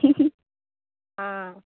हा